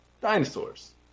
dinosaurs